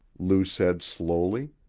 lou said slowly.